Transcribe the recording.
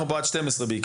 אנחנו פה עד 12 בעיקרון.